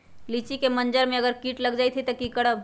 लिचि क मजर म अगर किट लग जाई त की करब?